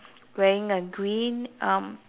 wearing a green um